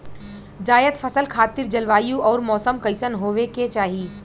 जायद फसल खातिर जलवायु अउर मौसम कइसन होवे के चाही?